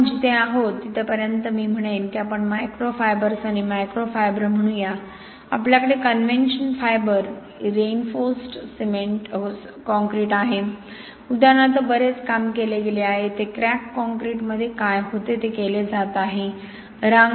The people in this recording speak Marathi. तर आपण जिथे आहोत तिथपर्यंत मी म्हणेन की आपण मायक्रो फायबर्स आणि मॅक्रो फायबर म्हणू या आपल्याकडे कन्व्हेन्शन फायबर रिइन्फोर्स कॉंक्रिट आहे उदाहरणार्थ बरेच काम केले गेले आहे येथे क्रॅक कॉंक्रिटमध्ये काय होते ते केले जात आहे